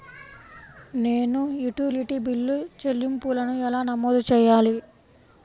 నేను utility bill చెల్లింపులను ఎలా నమోదు చేయాలి?